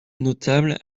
notable